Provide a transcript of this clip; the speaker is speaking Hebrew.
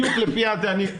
בדיוק לפי הזה.